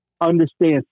understand